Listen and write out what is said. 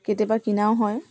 কেতিয়াবা কিনাও হয়